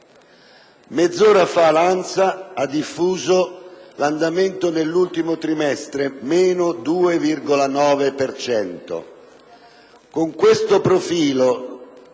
mezz'ora fa l'ANSA ha diffuso i dati sull'andamento dell'ultimo trimestre: meno 2,9